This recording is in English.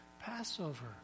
Passover